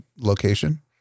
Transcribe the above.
location